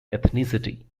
ethnicity